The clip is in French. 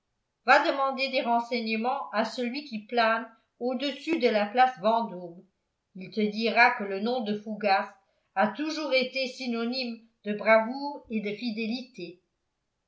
va demander des renseignements à celui qui plane au-dessus de la place vendôme il te dira que le nom de fougas a toujours été synonyme de bravoure et de fidélité